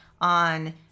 on